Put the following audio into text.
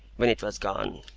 when it was gone.